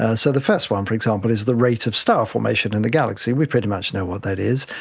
ah so the first one, for example, is the rate of star formation in the galaxy, we pretty much know what that is.